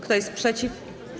Kto jest przeciw?